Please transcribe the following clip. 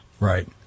Right